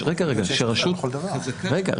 אני אומר שרשות המיסים,